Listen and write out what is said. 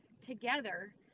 together